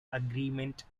agreement